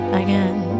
again